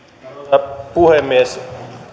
arvoisa puhemies